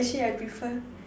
actually I prefer